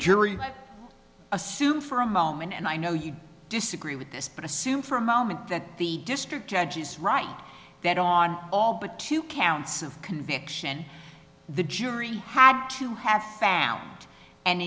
jury assume for a moment and i know you disagree with this but assume for a moment that the district judge is right that on all but two counts of conviction the jury had to have found an